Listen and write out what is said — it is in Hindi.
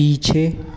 पीछे